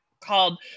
called